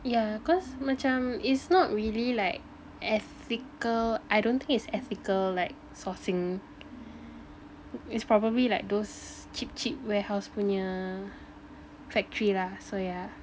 yeah cause macam it's not really like ethical I don't think is ethical like sourcing it's probably like those cheap cheap warehouse punya factory lah so yeah